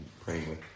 praying